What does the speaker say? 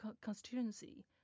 constituency